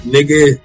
Nigga